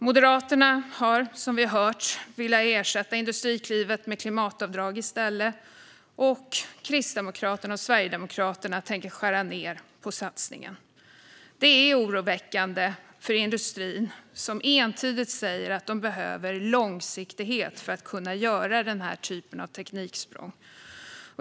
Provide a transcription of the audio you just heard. Moderaterna har, som vi hört, velat ersätta Industriklivet med klimatavdrag, och Kristdemokraterna och Sverigedemokraterna tänker skära ned på satsningen. Det är oroväckande för industrin, som entydigt säger att man behöver långsiktighet för att kunna göra denna typ av tekniksprång.